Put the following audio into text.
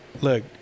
Look